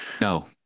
no